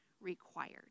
required